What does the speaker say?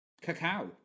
cacao